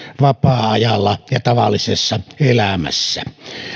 vapaa ajalla ja tavallisessa elämässä